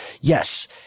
yes